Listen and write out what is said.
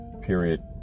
period